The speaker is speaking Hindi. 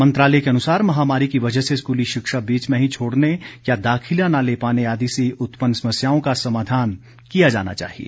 मंत्रालय के अनुसार महामारी की वजह से स्कूली शिक्षा बीच में ही छोडने या दाखिला न ले पाने आदि से उत्पन्न समस्याओं का समाधान किया जाना चाहिए